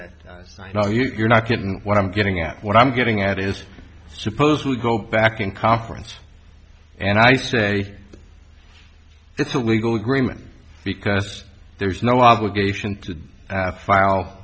that i know you're not getting what i'm getting at what i'm getting at is supposed to go back in conference and i say it's a legal agreement because there's no obligation to file